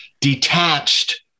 detached